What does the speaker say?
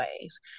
ways